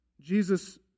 Jesus